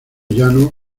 llano